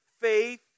faith